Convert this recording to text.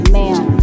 man